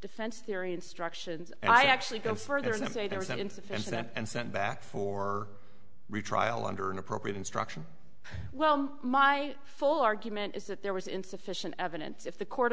defense theory instructions and i actually go further to say there was an insufficient and sent back for retrial under an appropriate instruction well my full argument is that there was insufficient evidence if the court